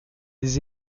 des